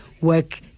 work